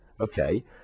Okay